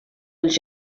als